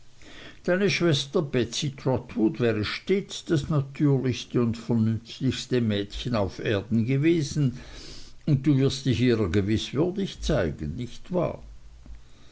deine schwester betsey trotwood wäre stets das natürlichste und vernünftigste mädchen auf erden gewesen und du wirst dich ihrer gewiß würdig zeigen nicht wahr